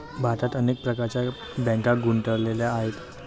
भारतात अनेक प्रकारच्या बँका गुंतलेल्या आहेत